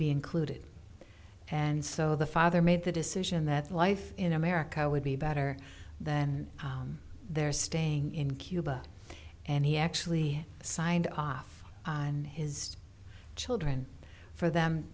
be included and so the father made the decision that life in america would be better than their staying in cuba and he actually signed off on his children for them